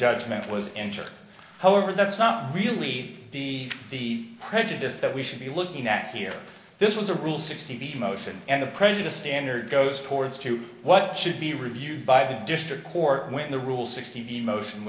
judgment was entered however that's not really the the prejudice that we should be looking at here this was a rule sixty the motion and the prejudice standard goes towards to what should be reviewed by the district court when the rule sixty emotion